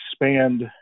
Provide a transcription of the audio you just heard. expand